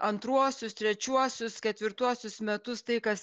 antruosius trečiuosius ketvirtuosius metus tai kas